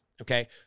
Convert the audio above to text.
okay